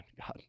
God